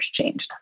changed